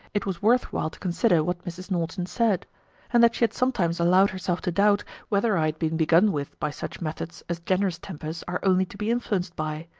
it was worth while to consider what mrs. norton said and that she had sometimes allowed herself to doubt, whether i had been begun with by such methods as generous tempers are only to be influenced by,